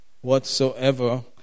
whatsoever